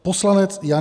Poslanec Jan